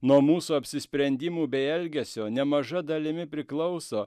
nuo mūsų apsisprendimų bei elgesio nemaža dalimi priklauso